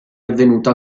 avvenuto